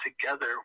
together